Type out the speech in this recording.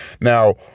now